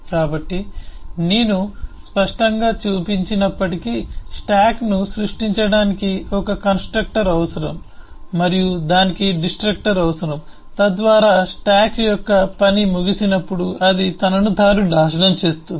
కాబట్టి నేను స్పష్టంగా చూపించనప్పటికీ స్టాక్ను సృష్టించడానికి ఒక కన్స్ట్రక్టర్ అవసరం మరియు దానికి డిస్ట్రక్టర్ అవసరం తద్వారా స్టాక్ యొక్క పని ముగిసినప్పుడు అది తనను తాను నాశనం చేస్తుంది